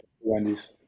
Wendy's